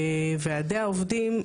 ועדי העובדים,